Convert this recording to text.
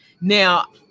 Now